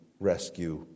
Rescue